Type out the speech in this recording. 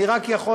מחסור